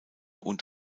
und